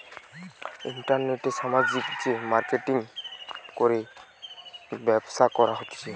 ইন্টারনেটে সামাজিক যে মার্কেটিঙ করে ব্যবসা করা হতিছে